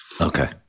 okay